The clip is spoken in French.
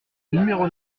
numéro